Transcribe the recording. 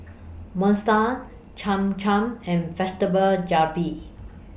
Cham Cham and Vegetable Jalfrezi